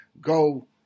Go